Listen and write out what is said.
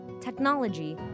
technology